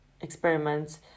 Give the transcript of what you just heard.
experiments